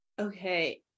Okay